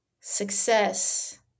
success